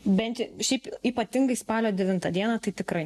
bent šiaip ypatingai spalio devintą dieną tai tikrai